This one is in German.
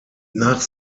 nach